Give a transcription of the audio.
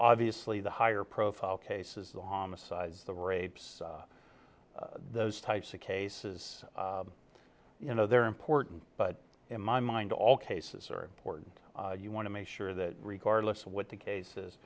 obviously the higher profile cases the homicides the rapes those types of cases you know they're important but in my mind all cases are important you want to make sure that regardless of what the cases